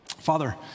Father